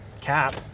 cap